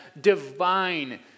divine